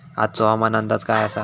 आजचो हवामान अंदाज काय आसा?